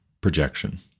projection